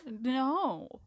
no